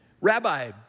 rabbi